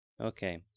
Okay